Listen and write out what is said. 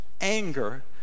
anger